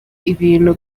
ibintu